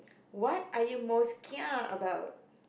what are you most kia about